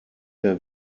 der